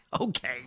Okay